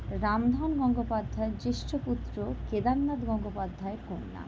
রামধন গঙ্গোপাধ্যায়ের জ্যেষ্ঠ পুত্র কেদারনাথ গঙ্গোপাধ্যায়ের কন্যা